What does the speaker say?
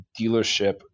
dealership